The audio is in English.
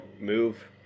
Move